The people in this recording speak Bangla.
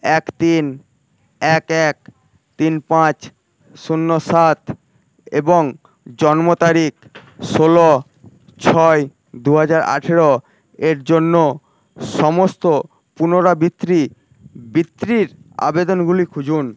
এক তিন এক এক তিন পাঁচ শূন্য সাত এবং জন্ম তারিখ ষোলো ছয় দু হাজার আঠেরো এর জন্য সমস্ত পুনরাবৃত্তি বৃত্তির আবেদনগুলি খুঁজুন